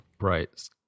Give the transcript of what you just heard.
Right